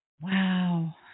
Wow